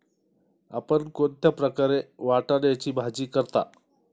आपण कोणत्या प्रकारे वाटाण्याची भाजी करता?